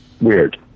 weird